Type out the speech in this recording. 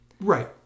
Right